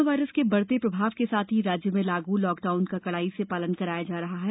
corona virus के बढ़ते प्रभाव के साथ ही राज्य में लागू लॉकडाउन का कड़ाई से पालन कराया जा रहा है